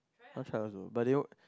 I want try also but they